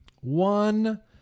One